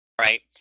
right